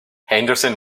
henderson